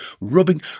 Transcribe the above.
rubbing